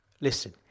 Listen